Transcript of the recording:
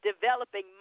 developing